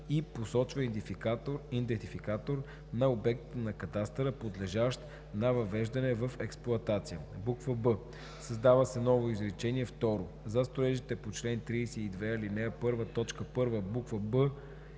„и посочва идентификатор на обекта на кадастъра, подлежащ на въвеждане в експлоатация“. б) създава се ново изречение второ: „За строежите по чл. 32, ал. 1, т.1, буква